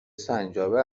سنجابه